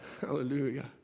Hallelujah